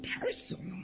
personal